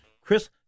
Chris